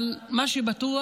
אבל מה שבטוח,